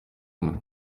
umwe